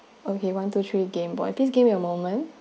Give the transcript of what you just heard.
okay one two three game boy please give me a moment